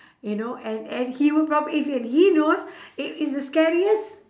you know and and he will probably if and he knows it is the scariest